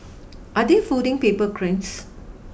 are they folding paper cranes